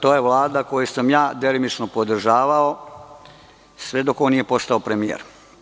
To je Vlada koju sam ja delimično podržavao sve dok on nije postao premijer.